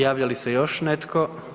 Javlja li se još netko?